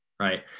Right